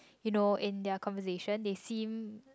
you know in their conversation they seem